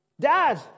Dad